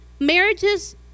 marriages